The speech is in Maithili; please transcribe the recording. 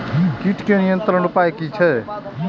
कीटके नियंत्रण उपाय कि छै?